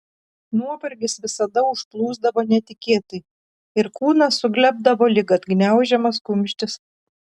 nuovargis visada užplūsdavo netikėtai ir kūnas suglebdavo lyg atgniaužiamas kumštis